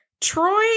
Troy